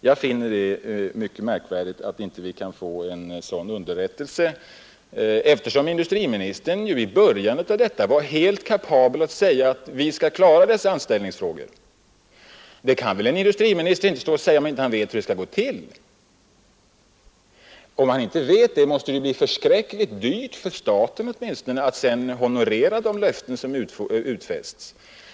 Jag finner det mycket märkvärdigt att vi inte kan få en sådan underrättelse, eftersom industriministern ju tidigare var helt kapabel att säga att dessa anställningsfrågor skulle lösas. Det kan en industriminister inte stå och säga, om han inte vet hur det skall gå till. Om han inte vet det, måste det bli förskräckligt dyrt för staten att sedan honorera de löften som utställts.